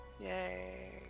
Yay